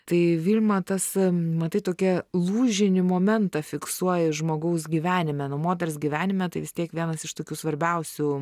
tai vilma tas matai tokia lūžinį momentą fiksuoji žmogaus gyvenime nu moters gyvenime tai vis tiek vienas iš tokių svarbiausių